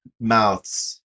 mouths